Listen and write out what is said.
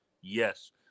yes